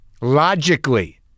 Logically